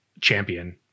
champion